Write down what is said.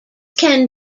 can